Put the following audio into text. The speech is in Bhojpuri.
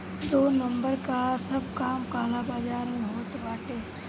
दू नंबर कअ सब काम काला बाजार में होत बाटे